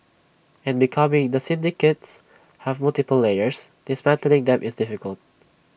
and because the syndicates have multiple layers dismantling them is difficult